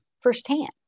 firsthand